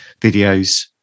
videos